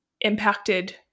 impacted